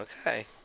Okay